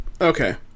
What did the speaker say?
Okay